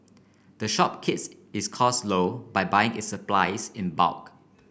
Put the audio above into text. the shop keeps its costs low by buying its supplies in bulk